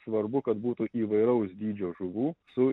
svarbu kad būtų įvairaus dydžio žuvų su